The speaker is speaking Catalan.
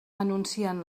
anuncien